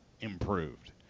improved